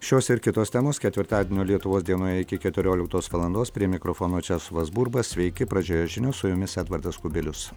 šios ir kitos temos ketvirtadienio lietuvos dienoje iki keturioliktos valandos prie mikrofono česlovas burba sveiki pradžioje žinios su jumis edvardas kubilius